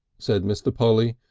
said mr. polly,